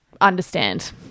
understand